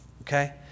okay